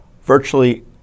virtually